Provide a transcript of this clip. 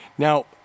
Now